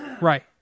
Right